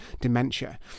dementia